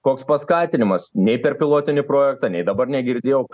koks paskatinimas nei per pilotinį projektą nei dabar negirdėjau